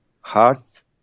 hearts